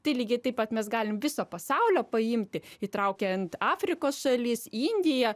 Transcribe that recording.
tai lygiai taip pat mes galim viso pasaulio paimti įtraukiant afrikos šalis indiją